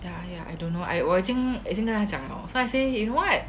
ya ya I don't know I 我已经跟他讲了 so I say you know what